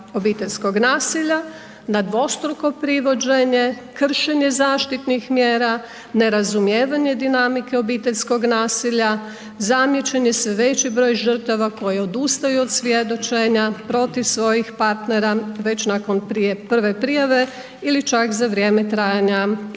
obiteljskog nasilja, na dvostruko privođenje, kršenje zaštitnih mjera, nerazumijevanje dinamike obiteljskog nasilja, zamijećeni su veći broj žrtava koje odustaju od svjedočenja protiv svojih partera već nakon prve prijave ili čak za vrijeme trajanja sudskog